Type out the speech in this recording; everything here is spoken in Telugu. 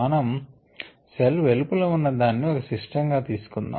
మనం సెల్ వెలుపల ఉన్నదాని ఒక సిస్టం గా తీసుకొందాము